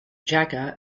jagger